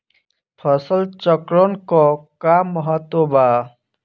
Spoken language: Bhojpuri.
फसल चक्रण क का महत्त्व बा?